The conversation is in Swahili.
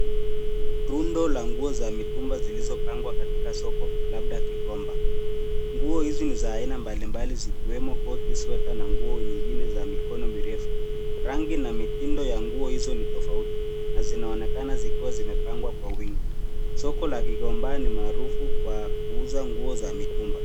Rundo la nguo za mitumba zilizopangwa katika soko labda Gikomba. Nguo hizi ni za aina mbalimbali zikiwemo koti, sweta na nguo nyingine za mikono mirefu. Rangi na mitindo ya nguo hizo ni tofauti na zinaonekana zikiwa zimepangwa kwa wingi. Soko la Gikomba ni maarufu kwa kuuza nguo za mitumba.